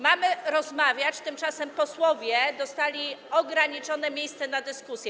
Mamy rozmawiać, tymczasem posłowie dostali ograniczone miejsce na dyskusję.